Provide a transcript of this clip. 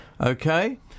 Okay